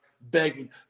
begging